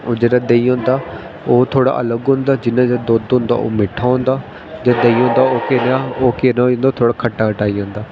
ओह् जेह्ड़ा देहीं होंदा ओह् थोह्ड़ा अलग होंदा जियां कि दुद्ध ओह् मिट्टा होंदा ते देहीं होंदा ओह् केह् नांऽ ओह् केह् नांऽ थोह्ड़ा खट्टा खट्टा आई जंदा